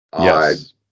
Yes